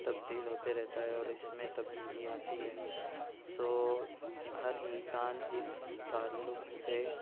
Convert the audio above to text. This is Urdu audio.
تبدیل ہوتے رہتا ہے اور اس میں تبدیلی آتی ہے سو ہر انسان اس تعلق سے